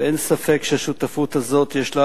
ואין ספק שהשותפות הזאת, יש לה